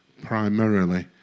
primarily